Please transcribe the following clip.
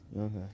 Okay